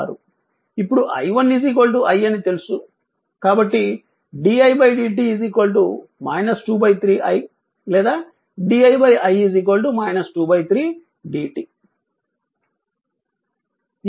ఇప్పుడు i 1 i అని తెలుసు కాబట్టి di dt 2 3 i లేదా di i 23 dt